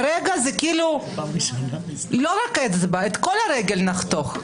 כרגע זה לא רק אצבע, את כל הרגל נחתוך.